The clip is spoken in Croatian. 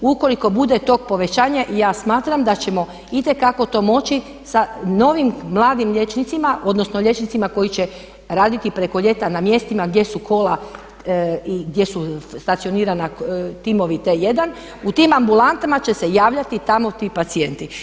Ukoliko bude tog povećanja ja smatram da ćemo itekako to moći sa novim mladim liječnicima odnosno liječnicima koji će raditi preko ljeta na mjestima gdje su kola i gdje su stacionirani timovi T1 u tim ambulantama će se javljati tamo ti pacijenti.